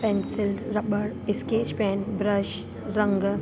pencil rubber sketch pen brush रंग